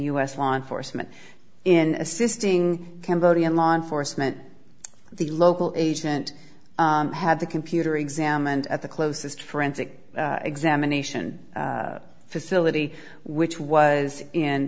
s law enforcement in assisting cambodian law enforcement the local agent had the computer examined at the closest forensic examination facility which was in